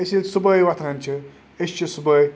أسۍ ییٚلہِ صُبحٲے وۄتھان چھِ أسۍ چھِ صُبحٲے